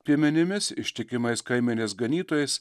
piemenimis ištikimais kaimenės ganytojais